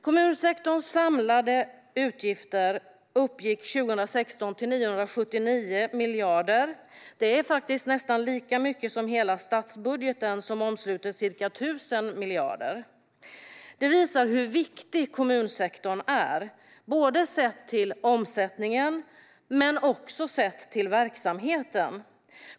Kommunsektorns samlade utgifter uppgick 2016 till 979 miljarder. Det är nästan lika mycket som hela statsbudgeten som omsluter ca 1 000 miljarder. Det visar hur viktig kommunsektorn är sett både till omsättningen och till verksamheten.